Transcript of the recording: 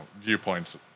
viewpoints